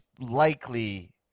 likely